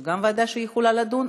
וגם זו ועדה שיכולה לדון,